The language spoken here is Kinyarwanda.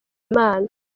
imana